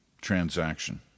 transaction